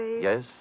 Yes